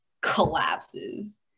collapses